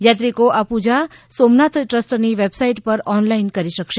યાત્રીકો આ પૂજા સોમનાથ ટ્રસ્ટની વેબસાઇટ પર ઓનલાઇન કરી શકશે